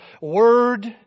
word